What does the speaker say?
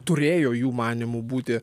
turėjo jų manymu būti